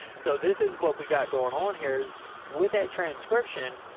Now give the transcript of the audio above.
so this is what we got going on here is with that transcription,